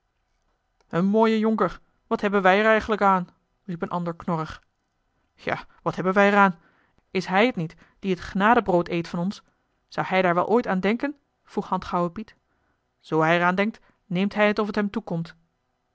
een mooie jonker wat hebben wij er eigenlijk aan riep een ander knorrig ja wat hebben wij er aan is hij het niet die t genadebrood eet van ons zou hij daar wel ooit aan denken vroeg handgauwe piet zoo hij er aan denkt neemt hij het of t hem toekomt